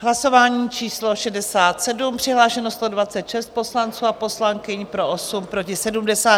V hlasování číslo 67 přihlášeno 126 poslanců a poslankyň, pro 8, proti 70.